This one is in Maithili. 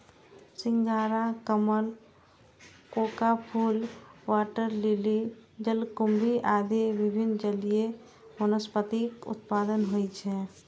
सिंघाड़ा, कमल, कोका फूल, वाटर लिली, जलकुंभी आदि विभिन्न जलीय वनस्पतिक उत्पादन होइ छै